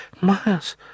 Miles